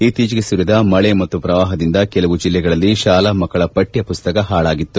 ಇತ್ತೀಚೆಗೆ ಸುರಿದ ಮಳೆ ಮತ್ತು ಪ್ರವಾಹದಿಂದ ಕೆಲವು ಜಿಲ್ಲೆಗಳಲ್ಲಿ ಶಾಲಾ ಮಕ್ಕಳ ಪಠ್ಯ ಮಸ್ತಕ ಪಾಳಾಗಿತ್ತು